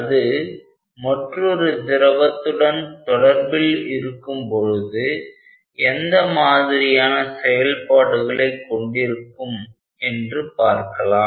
அது மற்றொரு திரவத்துடன் தொடர்பில் இருக்கும்பொழுது எந்த மாதிரியான செயல்பாடுகளை கொண்டிருக்கும் என்று பார்க்கலாம்